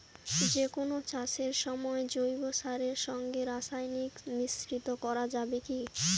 যে কোন চাষের সময় জৈব সারের সঙ্গে রাসায়নিক মিশ্রিত করা যাবে কি?